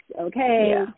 okay